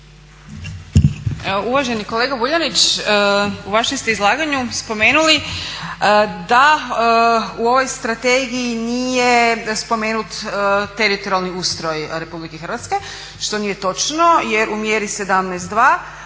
uvaženi kolega Vuljanić, u vašem ste izlaganju spomenuli da u ovoj strategiji nije spomenut teritorijalni ustroj Republike Hrvatske što nije točno jer u mjeri 17.2